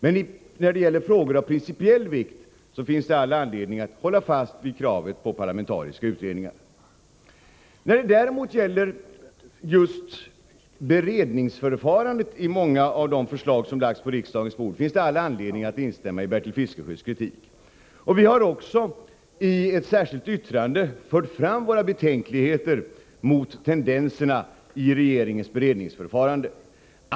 Men när det gäller frågor av principiell vikt finns det all anledning att hålla fast vid kravet på parlamentariska utredningar. När det däremot gäller just beredningsförfarandet i många av de förslag som lagts på riksdagens bord, finns det all anledning att instämma i Bertil Fiskesjös kritik. Vi har också i ett särskilt yttrande fört fram våra betänkligheter mot tendenserna i regeringens beredningsförfarande.